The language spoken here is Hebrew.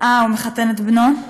פשוט הוא מחתן את בנו.